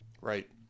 right